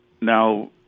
now